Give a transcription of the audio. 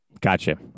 Gotcha